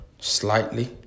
slightly